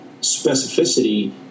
specificity